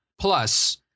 Plus